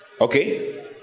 Okay